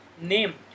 name